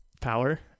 power